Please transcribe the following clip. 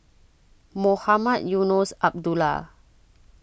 Mohamed Eunos Abdullah